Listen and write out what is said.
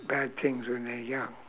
bad things when they're young